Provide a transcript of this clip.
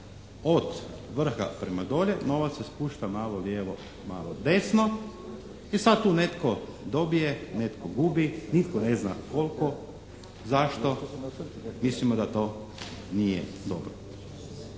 od vrha prema dole, novac se spušta malo lijevo malo desno. I sad tu netko dobije, netko gubi. Nitko ne zna koliko, zašto, mislimo da to nije dobro.